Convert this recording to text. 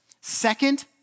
second